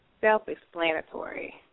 self-explanatory